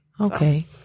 Okay